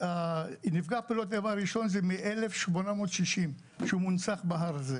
נפגע פעולות האיבה הראשון זה מ-1860 שהוא מונצח בהר הזה.